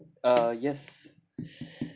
uh yes